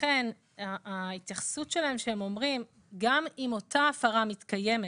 לכן ההתייחסות שלהם כשהם אומרים שגם אם אותה הפרה מתקיימת